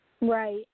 Right